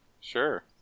sure